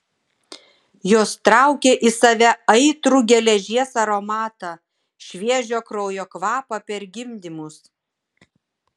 jos traukė į save aitrų geležies aromatą šviežio kraujo kvapą per gimdymus